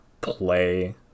play